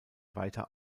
weiter